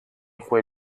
quei